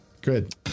good